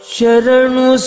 Sharanu